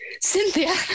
Cynthia